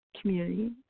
community